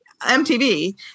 MTV